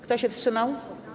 Kto się wstrzymał?